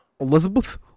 Elizabeth